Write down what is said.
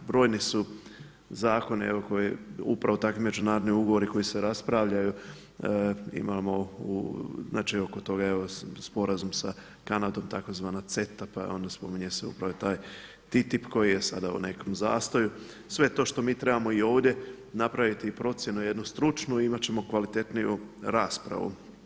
Brojni su zakoni evo koji, upravo takvi međunarodni ugovori koji se raspravljaju imamo u, znači oko toga evo sporazum sa Kanadom tzv. CETA pa onda spominje se upravo taj TITIP koji je sada u nekom zastoju, sve to što mi trebamo i ovdje napraviti i procjenu jednu stručnu i imati ćemo kvalitetniju raspravu.